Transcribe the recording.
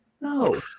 No